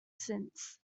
since